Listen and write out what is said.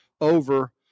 over